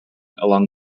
along